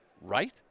right